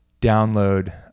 download